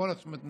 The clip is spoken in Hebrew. הכול איך מתנהל.